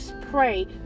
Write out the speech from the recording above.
pray